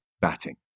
batting